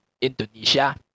Indonesia